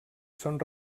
són